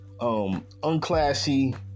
unclassy